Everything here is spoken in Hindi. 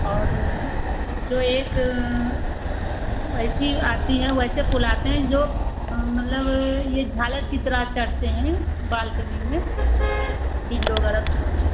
और जो एक ऐसी आती हैं वैसे फूल आते हैं जो मतलब यह झालर की तरह करते हैं बालकनी में वग़ैरह